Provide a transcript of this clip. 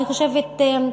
אני חושבת,